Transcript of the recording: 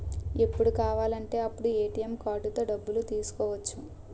ఎప్పుడు కావాలంటే అప్పుడు ఏ.టి.ఎం కార్డుతో డబ్బులు తీసుకోవచ్చు